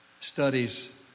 studies